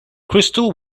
crystal